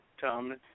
Tom